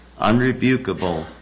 unrebukable